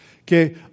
Okay